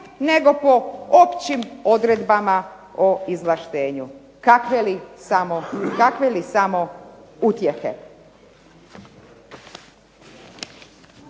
nego po općim odredbama o izvlaštenju. Kakve li samo utjehe.